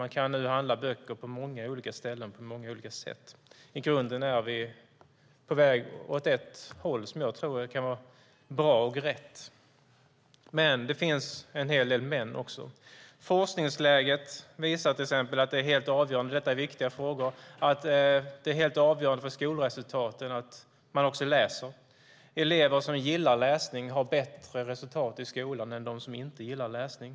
Man kan nu handla böcker på många olika ställen och på många olika sätt. I grunden är vi på väg åt ett håll som jag tror kan vara bra och rätt. Men det finns en hel del men också. Forskningsläget visar till exempel - och detta är viktiga frågor - att det är helt avgörande för skolresultaten att man läser. Elever som gillar läsning har bättre resultat i skolan än de som inte gillar läsning.